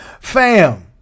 Fam